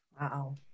Wow